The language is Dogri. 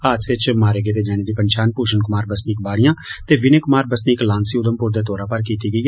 हादसे च मारे गेदे जने दी पंछान भूषण कुमार बसनीक बाड़ियां ते विनय कुमार बसनीक लांसी उघमपुर दे तौरा पर कीती गेई ऐ